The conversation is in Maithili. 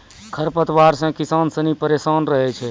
खरपतवार से किसान सनी परेशान रहै छै